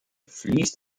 fließt